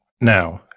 Now